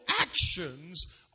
actions